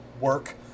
work